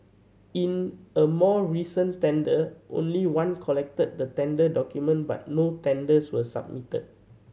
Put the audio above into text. in a more recent tender only one collected the tender document but no tenders were submitted